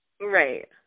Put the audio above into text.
Right